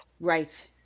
Right